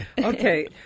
Okay